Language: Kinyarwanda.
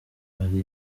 ari